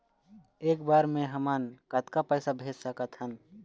एक बर मे हमन कतका पैसा भेज सकत हन?